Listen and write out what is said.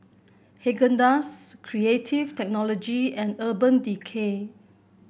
Haagen Dazs Creative Technology and Urban Decay